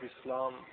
Islam